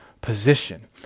position